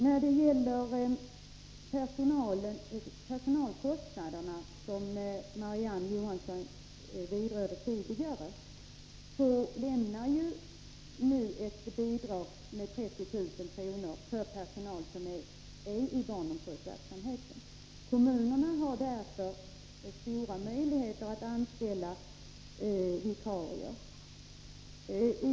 När det gäller personalkostnaderna, som Marie-Ann Johansson berörde tidigare, lämnas nu ett bidrag på 30 000 kr. för personal i barnomsorgsverksamhet. Kommunerna har därför stora möjligheter att anställa vikarier.